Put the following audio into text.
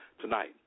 tonight